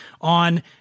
on